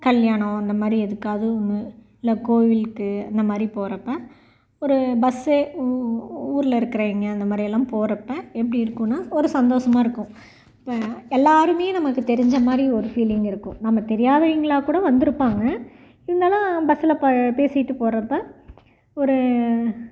கல்யாணம் அந்த மாதிரி எதுக்காது ஒன்று இல்லை கோவிலுக்கு அந்த மாதிரி போறப்போ ஒரு பஸ்ஸே ஊரில் இருக்கிறவைங்க அந்த மாதிரிலாம் போறப்போ எப்படி இருக்குன்னா ஒரு சந்தோஷமாக இருக்கும் இப்போ எல்லாருமே நமக்கு தெரிஞ்ச மாதிரி ஒரு ஃபீலிங் இருக்கும் நம்ம தெரியாதவைங்களாக கூட வந்து இருப்பாங்க இருந்தாலும் பஸ்ஸில் பேசிவிட்டு போறப்போ ஒரு